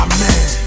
Amen